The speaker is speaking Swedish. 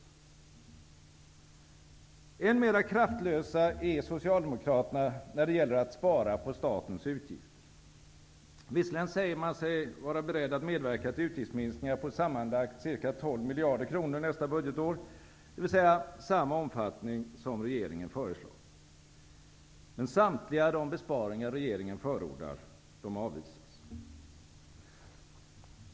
Än mer kraftlösa är Socialdemokraterna när det gäller att spara på statens utgifter. Visserligen säger man sig vara beredd att medverka till utgiftsminskningar på sammanlagt ca 12 miljarder kronor nästa budgetår, dvs. samma omfattning som regeringen föreslagit. Men samtliga de besparingar som regeringen förordar avvisas.